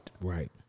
Right